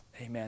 Amen